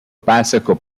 bicycle